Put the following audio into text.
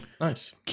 Nice